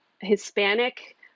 Hispanic